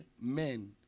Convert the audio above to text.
men